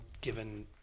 given